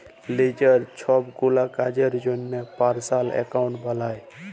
লিজের ছবগুলা কাজের জ্যনহে পার্সলাল একাউল্ট বালায়